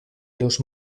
los